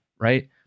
right